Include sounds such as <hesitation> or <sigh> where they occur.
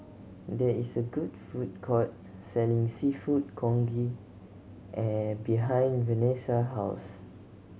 there is a good food court selling Seafood Congee <hesitation> behind Vanessa's house